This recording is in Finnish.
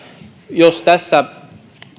jos tässä